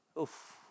Oof